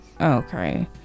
Okay